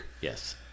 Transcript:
yes